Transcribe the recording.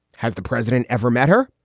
has the president ever met her?